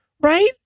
right